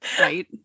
right